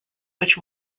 which